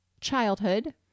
childhood